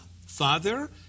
Father